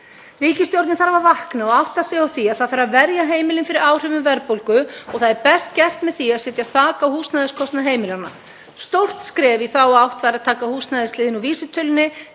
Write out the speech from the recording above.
Ríkisstjórnin þarf að vakna og átta sig á því að það þarf að verja heimilin fyrir áhrifum verðbólgu og það er best gert með því að setja þak á húsnæðiskostnað heimilanna. Stórt skref í þá átt væri að taka húsnæðisliðinn úr vísitölunni